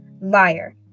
Liar